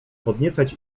podniecać